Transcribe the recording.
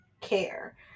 care